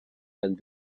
and